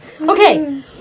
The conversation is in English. Okay